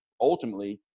ultimately